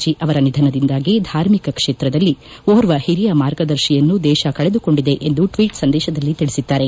G ಅವರ ನಿಧನದಿಂದಾಗಿ ಧಾರ್ಮಿಕ ಕ್ಷೇತ್ರದಲ್ಲಿ ಓರ್ವ ಹಿರಿಯ ಮಾರ್ಗದರ್ಶಿಯನ್ನು ದೇಶ ಕಳೆದುಕೊಂಡಿದೆ ಎಂದು ಟ್ವೀಟ್ ಸಂದೇಶದಲ್ಲಿ ತಿಳಿಸಿದ್ದಾರೆ